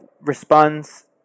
responds